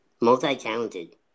Multi-talented